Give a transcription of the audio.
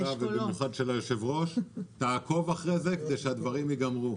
ובמיוחד של היושב-ראש תעקוב אחרי זה כדי שהדברים ייגמרו.